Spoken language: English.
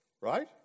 right